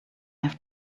have